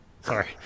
Sorry